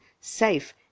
safe